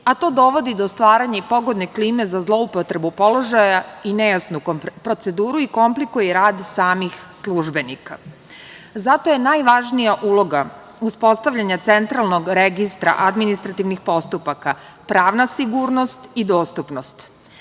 a to dovodi do stvaranja i pogodne klime za zloupotrebu položaja i nejasnu proceduru i komplikuje rad samih službenika. Zato je najvažnija uloga uspostavljanja centralnog registra administrativnih postupaka, pravna sigurnost i dostupnost.